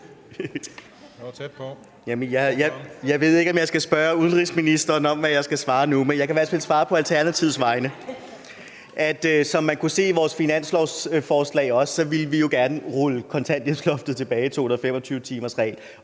Jeg ved ikke, om jeg skal spørge udenrigsministeren om, hvad jeg skal svare nu. Men jeg kan i hvert fald svare på Alternativets vegne, og som man kunne se i vores finanslovsforslag, ville vi jo gerne rulle kontanthjælpsloftet, 225-timersreglen